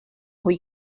hwy